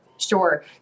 Sure